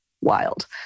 wild